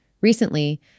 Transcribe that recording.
Recently